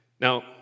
Now